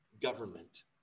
government